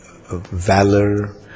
valor